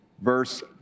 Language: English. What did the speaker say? verse